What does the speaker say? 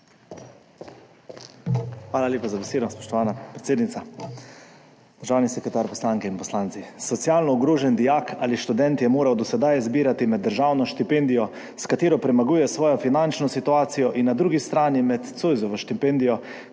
Hvala lepa za besedo, spoštovana predsednica. Državni sekretar, poslanke in poslanci! Socialno ogrožen dijak ali študent je moral do sedaj zbirati med državno štipendijo, s katero premaguje svojo finančno situacijo, in na drugi strani med Zoisovo štipendijo,